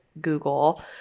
Google